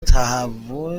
تهوع